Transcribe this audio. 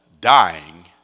dying